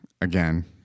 again